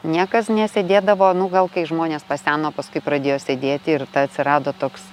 niekas nesėdėdavo nu gal kai žmonės paseno paskui pradėjo sėdėti ir ta atsirado toks